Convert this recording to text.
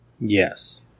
Yes